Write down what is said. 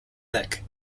thick